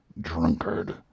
Drunkard